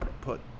put